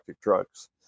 drugs